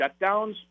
shutdowns